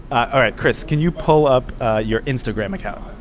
all right, chris, can you pull up your instagram account?